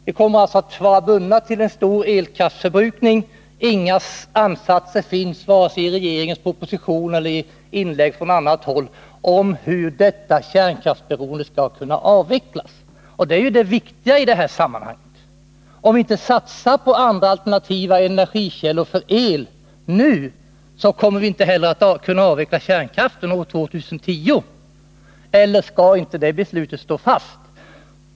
Vi kommer alltså att vara bundna av en stor elkraftsförbrukning, och varken i regeringens proposition eller i inlägg från andra håll har det redovisats några ansatser hur detta kärnkraftsberoende skall kunna avvecklas. Och det är det viktiga i detta sammanhang. Om vi inte nu satsar på alternativa energikällor för elproduktion, kommer vi heller inte att kunna avveckla kärnkraften år 2010 — eller skall inte det beslutet stå fast?